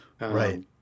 right